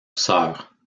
sœur